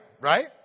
Right